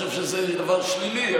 אני לא חושב שזה דבר שלילי.